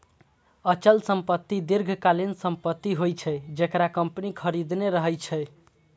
अचल संपत्ति दीर्घकालीन संपत्ति होइ छै, जेकरा कंपनी खरीदने रहै छै